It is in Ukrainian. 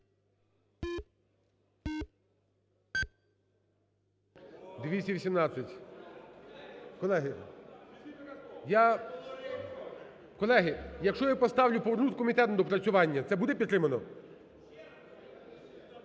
Колеги, якщо я поставлю повернути в комітет на доопрацювання, це буде підтримано?